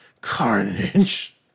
carnage